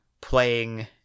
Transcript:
playing